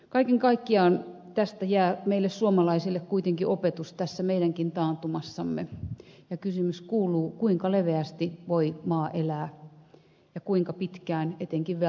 kaiken kaikkiaan tästä jää meille suomalaisille kuitenkin opetus tässä meidänkin taantumassamme ja kysymys kuuluu kuinka leveästi voi maa elää ja kuinka pitkään etenkin velaksi